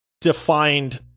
defined